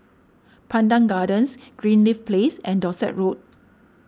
Pandan Gardens Greenleaf Place and Dorset Road